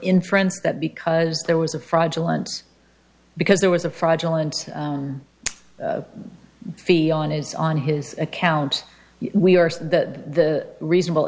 inference that because there was a fraudulent because there was a fraudulent fee on his on his account we are the reasonable